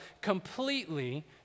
completely